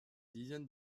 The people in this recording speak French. dizaine